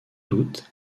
doute